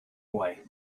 away